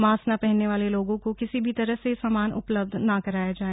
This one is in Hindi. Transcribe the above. मास्क न पहनने वाले लोगों को किसी भी तरह से सामान उपलब्ध न कराया जाय